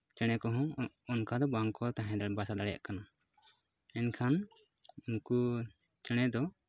ᱪᱮᱬᱮ ᱠᱚᱦᱚᱸ ᱚᱱᱠᱟᱫᱚ ᱵᱟᱝᱠᱚ ᱛᱟᱦᱮᱸ ᱫᱟᱲᱮᱭᱟᱜ ᱵᱟᱥᱟ ᱫᱟᱲᱮᱭᱟᱜ ᱠᱟᱱᱟ ᱮᱱᱠᱷᱟᱱ ᱩᱱᱠᱩ ᱪᱮᱬᱮ ᱫᱚ